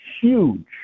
Huge